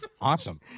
Awesome